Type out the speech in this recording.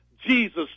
Jesus